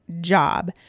job